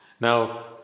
Now